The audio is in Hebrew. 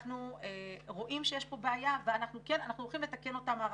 אנחנו רואים שיש כאן בעיה ואנחנו הולכים לתקן אותה מערכתית.